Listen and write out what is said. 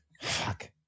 fuck